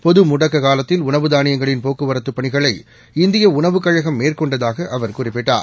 பொதுமுடக்கக்காலத்தில் உணவு தானியங்களின் போக்குவரத்துபணிகளை இந்தியஉணவுக் கழகம் மேற்கொண்டதாககுறிப்பிட்டார்